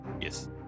Yes